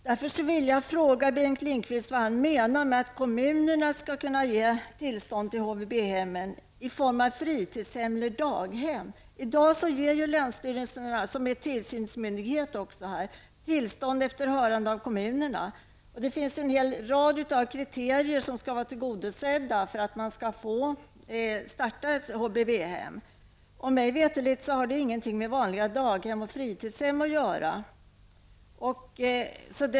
Jag vill därför fråga Bengt Lindqvist vad han menar med att kommunerna skall kunna ge tillstånd till HVB-hemmen i form av fritidshem eller daghem. I dag ger länsstyrelserna, som är tillsynsmyndighet, dessa tillstånd efter hörande av kommunerna. Det finns en hel rad kriterier som skall vara tillgodosedda för att man skall få starta ett HVB-hem. Det har mig veterligen ingenting med vanliga daghem och fritidshem att göra.